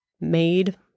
made